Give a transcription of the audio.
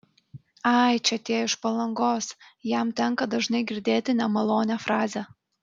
ai čia tie iš palangos jam tenka dažnai girdėti nemalonią frazę